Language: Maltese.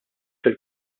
fil